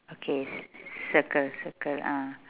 okay circle circle ah